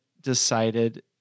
decided